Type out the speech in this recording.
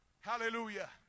Hallelujah